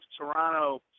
Toronto